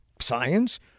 science